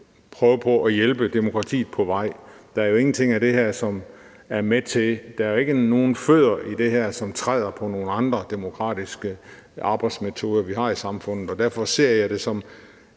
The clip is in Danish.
prøve på at hjælpe demokratiet på vej? Der er jo ikke nogen fødder i det her, som træder på nogle andre demokratiske arbejdsmetoder, vi har i samfundet. Og derfor ser jeg det som